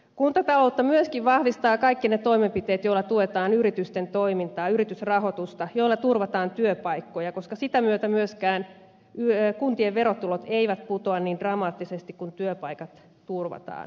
kuntataloutta myöskin vahvistavat kaikki ne toimenpiteet joilla tuetaan yritysten toimintaa yritysrahoitusta jolla turvataan työpaikkoja koska sitä myötä myöskään kuntien verotulot eivät putoa niin dramaattisesti kun työpaikat turvataan